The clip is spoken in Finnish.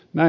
mä